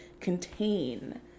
contain